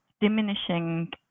diminishing